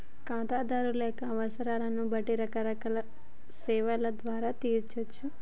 ఖాతాదారుల యొక్క అవసరాలను బట్టి రకరకాల సేవల ద్వారా తీర్చచ్చు